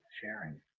sharing